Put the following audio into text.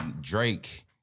Drake